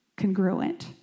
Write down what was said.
congruent